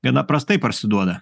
gana prastai parsiduoda